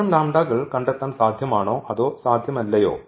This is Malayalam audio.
അത്തരം കൾ കണ്ടെത്താൻ സാധ്യമാണോ അതോ സാധ്യമല്ലയോ